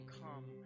come